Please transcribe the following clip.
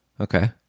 Okay